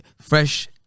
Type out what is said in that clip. fresh